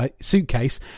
suitcase